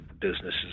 businesses